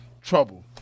trouble